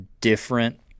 different